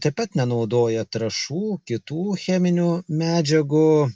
taip pat nenaudoja trąšų kitų cheminių medžiagų